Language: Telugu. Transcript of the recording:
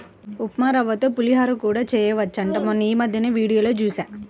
ఉప్మారవ్వతో పులిహోర కూడా చెయ్యొచ్చంట మొన్నీమద్దెనే వీడియోలో జూశా